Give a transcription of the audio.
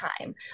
time